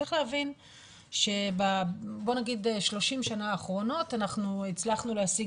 צריך להבין שב-30 השנים האחרונות הצלחנו להשיג